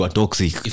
toxic